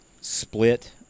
split –